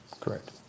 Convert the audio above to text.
Correct